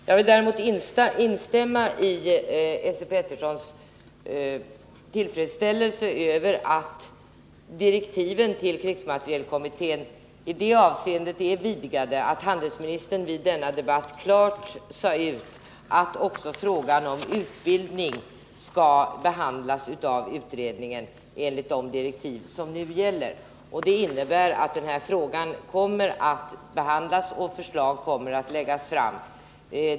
Jag vill instämma i Esse Peterssons tillfredsställelse över att direktiven ill krigsmaterielkommittén i detta avseende är vidgade, att handelsminist :rn vid denna debatt klart sade ut att också frågan om utbildning skall behanulas av utredningen enligt de direktiv som nu gäller. Det innebär att denna fråga kommer att behandlas och att förslag kommer att läggas fram.